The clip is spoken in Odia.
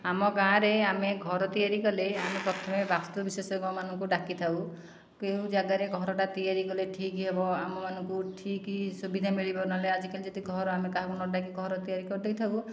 ଆମ ଗାଁରେ ଆମେ ଘର ତିଆରି କଲେ ଆମେ ପ୍ରଥମେ ବାସ୍ତୁ ବିଶେଷଜ୍ଞମାନଙ୍କୁ ଡାକିଥାଉ କେଉଁ ଜାଗାରେ ଘରଟା ତିଆରି କଲେ ଠିକ୍ ହେବ ଆମମାନଙ୍କୁ ଠିକ୍ ସୁବିଧା ମିଳିବ ନହେଲେ ଆଜିକାଲି ଯଦି ଆମେ କାହାକୁ ନଡାକି ଘର ତିଆରି କରିଦେଇଥାଉ